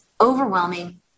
overwhelming